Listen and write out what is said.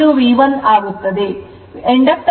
ಇದು V1 ಆಗಿದೆ